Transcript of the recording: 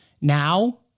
now